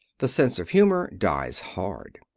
the sense of humor dies hard.